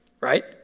Right